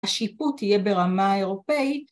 ‫השיפוט יהיה ברמה האירופאית...